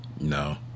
No